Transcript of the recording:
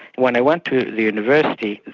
when i went to the university,